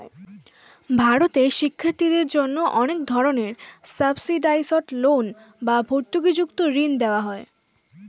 ভারতে শিক্ষার্থীদের জন্য অনেক ধরনের সাবসিডাইসড লোন বা ভর্তুকিযুক্ত ঋণ দেওয়া হয়